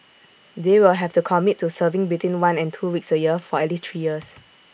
they will have to commit to serving between one and two weeks A year for at least three years